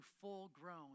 full-grown